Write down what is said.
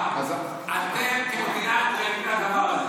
אתם כמדינה מחויבים לדבר הזה.